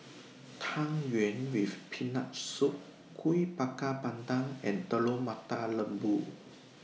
Tang Yuen with Peanut Soup Kuih Bakar Pandan and Telur Mata Lembu